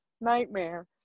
nightmare